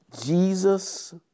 Jesus